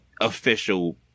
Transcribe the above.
official